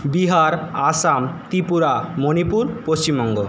Bihar Assam Tripura Manipur Paschimbanga